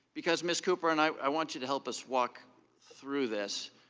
because, ms. cooper, and i want you to help us walk through this.